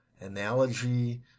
analogy